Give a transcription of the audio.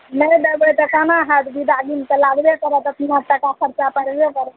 नहि देबै तऽ कोना हैत बिदागरीमे तऽ लागबे करत एतना टका खरचा पड़बे करत